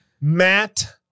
Matt